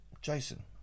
Jason